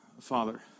Father